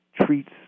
treats